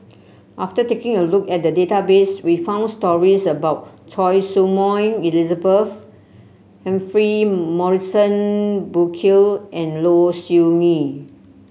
after taking a look at the database we found stories about Choy Su Moi Elizabeth Humphrey Morrison Burkill and Low Siew Nghee